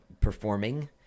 performing